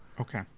Okay